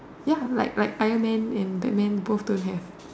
ya like like Iron Man and Batman both don't have